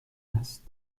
است